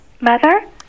Mother